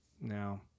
now